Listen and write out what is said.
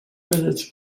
wiedzieć